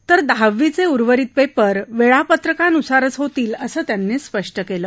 तर दहावीचे उर्वरित पेपर वेळापत्रकानुसारच होतील असं त्यांनी स्पष्ट केलं